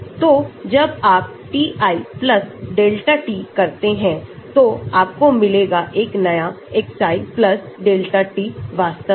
तो जब आप ti delta t करते हैं तो आपको मिलेगा एक नया xi delta t वास्तव में